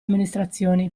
amministrazioni